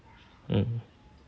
mm